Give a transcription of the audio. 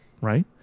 right